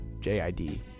J-I-D